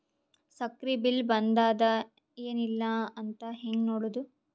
ಸಕ್ರಿ ಬಿಲ್ ಬಂದಾದ ಏನ್ ಇಲ್ಲ ಅಂತ ಹೆಂಗ್ ನೋಡುದು?